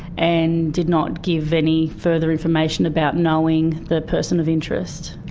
and did not give any further information about knowing the person of interest.